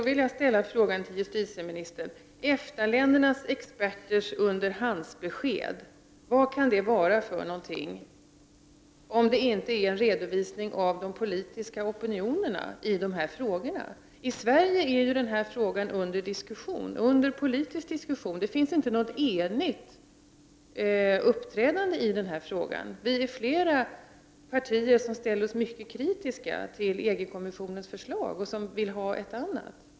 Herr talman! ”EFTA-ländernas experters underhandssynpunkter.” Vad kan det vara för något, om det inte är en redovisning av de politiska opinionerna i dessa frågor? I Sverige är denna fråga föremål för politisk diskussion. Det finns inte något enigt uppträdande i denna fråga. Vi är flera partier som är mycket kritiska till EG-kommissionens förslag.